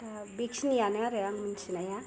दा बेखिनियानो आरो आं मिनथिनाया